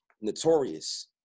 notorious